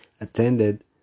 attended